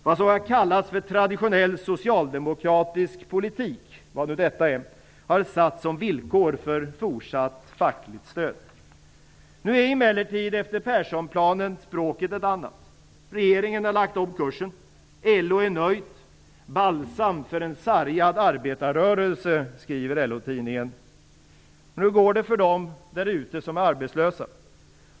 Vad som har kallats för traditionell socialdemokratisk politik, vad nu detta är, har satts som villkor för fortsatt fackligt stöd. Nu är emellertid, efter Perssonplanen, språket ett annat. Regeringen har lagt om kursen. LO är nöjt. Balsam för en sargad arbetarrörelse, skriver LO Men hur går det för dem där ute som är arbetslösa?